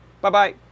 Bye-bye